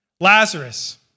Lazarus